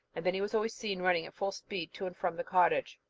and then he was always seen running at full speed to and from the cottage.